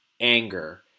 anger